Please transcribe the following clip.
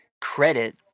credit